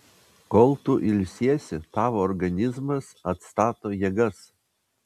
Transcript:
kol tu ilsiesi tavo organizmas atstato jėgas